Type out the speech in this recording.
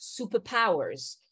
superpowers